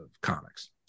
comics